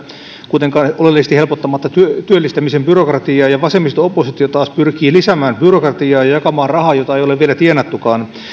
kuitenkaan oleellisesti helpottamatta työllistämisen byrokratiaa ja ja vasemmisto oppositio taas pyrkii lisäämään byrokratiaa ja jakamaan rahaa jota ei ole vielä tienattukaan